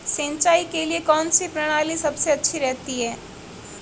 सिंचाई के लिए कौनसी प्रणाली सबसे अच्छी रहती है?